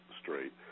straight